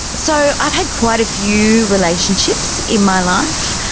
so i've had quite a few relationships in my life.